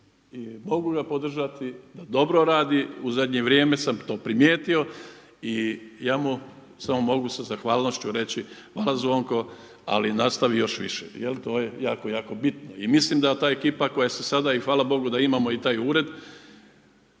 i mogu ga podržati da dobro radi, u zadnje vrijeme sam to primijetio i ja mu samo mogu sa zahvalnošću reći – Hvala Zvonko, ali nastavi još više. Jel to je jako, jako bitno. I mislim da ta ekipa koja se sada, i hvala Bogu da imamo taj Ured.